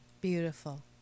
Beautiful